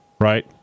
right